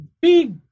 big